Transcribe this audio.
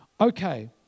Okay